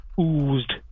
oozed